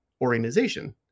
organization